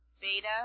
beta